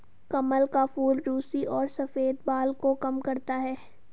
कमल का फूल रुसी और सफ़ेद बाल को कम करता है